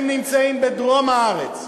הם נמצאים בדרום הארץ.